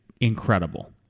incredible